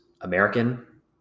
american